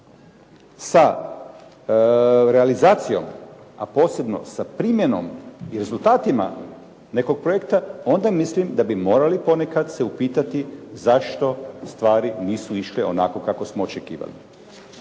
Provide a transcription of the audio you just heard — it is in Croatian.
sa realizacijom, a posebno sa primjenom i rezultatima nekog projekta, onda mislim da bi morali ponekada se upitati zašto stvari nisu išle onako kako smo očekivali.